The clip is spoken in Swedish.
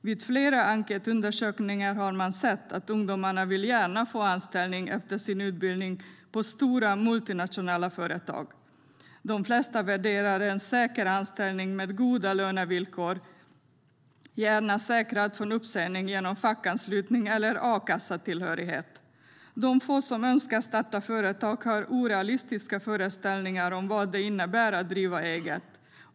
Vid flera enkätundersökningar har man sett att ungdomarna gärna vill få anställning på stora multinationella företag efter sin utbildning. De flesta värdesätter en säker anställning med goda lönevillkor, gärna säkrad från uppsägning genom fackanslutning eller a-kassetillhörighet. De få som önskar starta företag har orealistiska föreställningar om vad det innebär att driva eget.